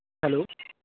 hello